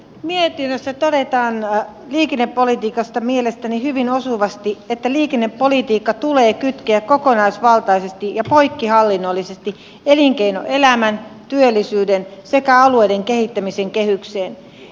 mietinnössä todetaan liikennepolitiikasta mielestäni hyvin osuvasti että liikennepolitiikka tulee kytkeä kokonaisvaltaisesti ja poikkihallinnollisesti elinkeinoelämän työllisyyden sekä alueiden kehittämisen kehykseen